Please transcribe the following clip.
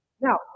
Now